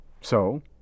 So